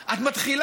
כנסת: את מתחילה,